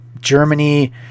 Germany